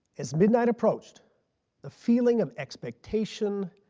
as midnight approached the feeling of expectation,